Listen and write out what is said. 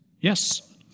Yes